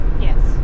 Yes